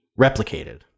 replicated